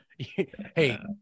Hey